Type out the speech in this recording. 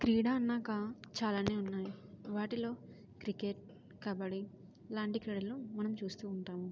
క్రీడా అన్నాక చాలానే ఉన్నాయి వాటిలో క్రికెట్ కబడ్డీ ఇలాంటి క్రీడలు మనం చూస్తూ ఉంటాము